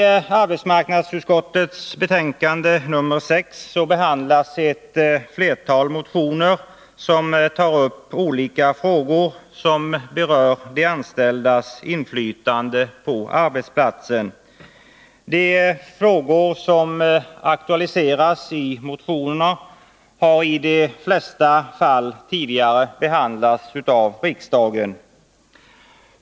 Tarbetsmarknadsutskottets betänkande nr 6 behandlas ett flertal motioner som tar upp olika frågor om de anställdas inflytande på arbetsplatsen. De frågor som aktualiseras i motionerna har i de flesta fall tidigare behandlats av riksdagen.